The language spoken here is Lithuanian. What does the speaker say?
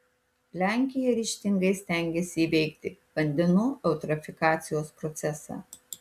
lenkija ryžtingai stengiasi įveikti vandenų eutrofikacijos procesą